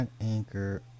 anchor